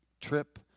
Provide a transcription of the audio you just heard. Trip